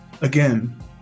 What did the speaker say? Again